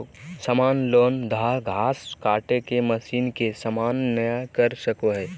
सामान्य लॉन घास काटे के मशीन के सामना नय कर सको हइ